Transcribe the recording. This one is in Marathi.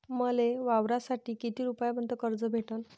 मले वावरासाठी किती रुपयापर्यंत कर्ज भेटन?